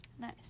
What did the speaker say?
Nice